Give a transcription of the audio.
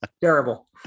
terrible